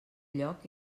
lloc